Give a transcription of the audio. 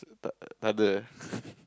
brother